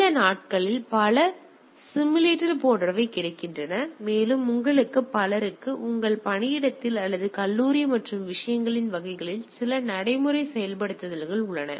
இந்த நாட்களில் பல சிமுலேட்டர்கள் போன்றவை கிடைக்கின்றன மேலும் உங்களில் பலருக்கு உங்கள் பணியிடத்தில் அல்லது கல்லூரி மற்றும் விஷயங்களின் வகைகளில் சில நடைமுறை செயல்படுத்தல்கள் உள்ளன